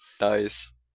Nice